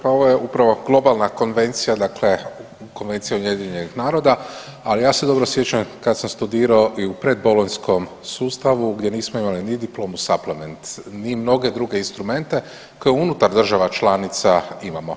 Pa ovo je upravo globalna konvencija UN-a, ali ja se dobro sjećam kad sam studirao i u predbolonjskom sustavu gdje nismo imali ni diplomu suplement, ni mnoge druge instrumente koje unutar država članica imamo.